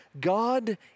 God